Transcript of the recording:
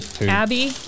Abby